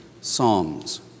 psalms